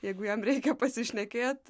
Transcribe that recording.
jeigu jam reikia pasišnekėt